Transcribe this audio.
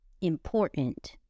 important